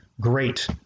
great